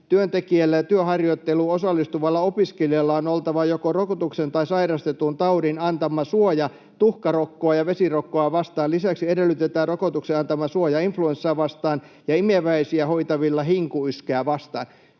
”Työntekijällä ja työharjoitteluun osallistuvalla opiskelijalla on oltava joko rokotuksen tai sairastetun taudin antama suoja tuhkarokkoa ja vesirokkoa vastaan. Lisäksi edellytetään rokotuksen antama suoja influenssaa vastaan ja imeväisikäisiä hoitavilla hinkuyskää vastaan.”